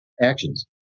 actions